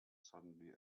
suddenly